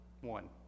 One